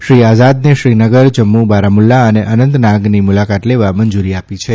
શ્રી આઝાદને શ્રીનગર જમ્મુ બારામુલ્લા અને અનંતનાગની મુલાકાત લેવા મંજૂરી આપી છે